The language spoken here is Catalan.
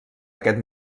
aquest